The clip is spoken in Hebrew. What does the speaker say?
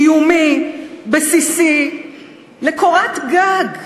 קיומי, בסיסי לקורת גג,